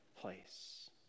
place